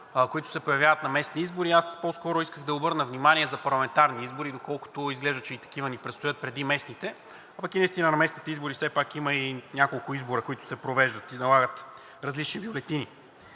които се появяват на местните избори. Аз по-скоро исках да обърна внимание за парламентарни избори, доколкото изглежда, че и такива ни предстоят преди местните, а и наистина на местните избори все пак има и няколко избора, които се провеждат и налагат различни бюлетини.